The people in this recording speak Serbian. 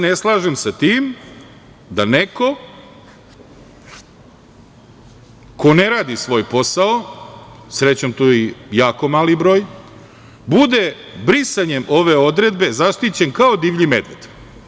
Ne slažem se sa tim da neko ko ne radi svoj posao, srećom to je jako mali broj, bude brisanjem ove odredbe zaštićen kao divlji medved.